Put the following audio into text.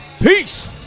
Peace